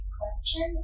question